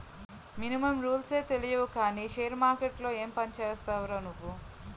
Minimum రూల్సే తెలియవు కానీ షేర్ మార్కెట్లో ఏం పనిచేస్తావురా నువ్వు?